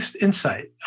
insight